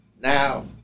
Now